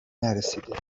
نرسیده